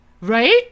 Right